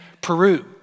Peru